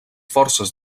forces